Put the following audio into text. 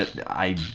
i